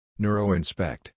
NeuroInspect